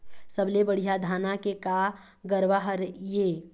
सबले बढ़िया धाना के का गरवा हर ये?